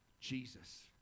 Jesus